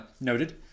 Noted